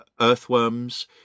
earthworms